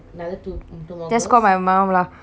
just call my mum lah